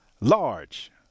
large